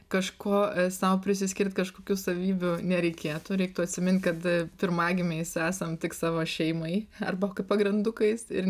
kažko sau prisiskirt kažkokių savybių nereikėtų reiktų atsimint kad pirmagimiais esam tik savo šeimai arba kaip pagrandukais ir